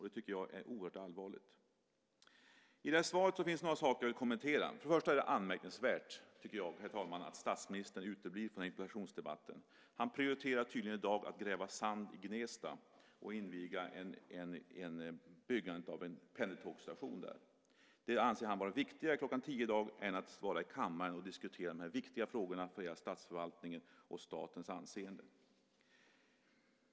Det tycker jag är oerhört allvarligt. I svaret finns några saker att kommentera. Först och främst är det anmärkningsvärt att statsministern uteblir från interpellationsdebatten. Han prioriterar tydligen i dag att gräva sand i Gnesta och inviga byggandet av en pendeltågsstation där. Det anser han vara viktigare kl. 10.00 i dag än att vara i kammaren och diskutera dessa viktiga frågor för hela statsförvaltningen och statens anseende.